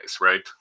right